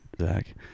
Zach